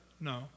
no